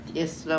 yes